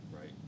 Right